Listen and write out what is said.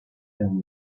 them